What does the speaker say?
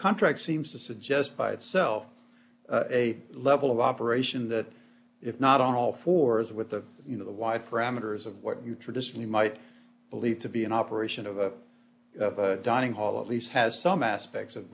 contract seems to suggest by itself a level of operation that if not on all fours with the you know the why for amateurs of what you traditionally might believe to be an operation of the dining hall of lease has some aspects of